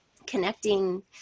Connecting